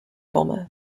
bomber